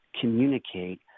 communicate